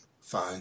Fine